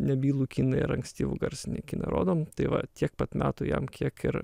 nebylų kiną ir ankstyvų garsinį kiną rodom tai va tiek pat metų jam kiek ir